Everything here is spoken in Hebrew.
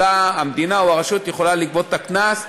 המדינה או הרשות יכולות לגבות את הקנס,